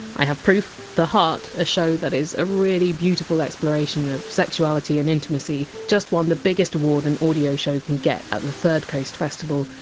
i have proof the heart, a show that is a really beautiful exploration of sexuality and intimacy, just won the biggest award an audio show can get at the third coast festival,